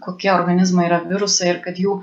kokie organizmai yra virusai ir kad jų